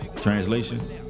Translation